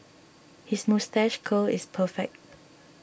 his moustache curl is perfect